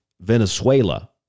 Venezuela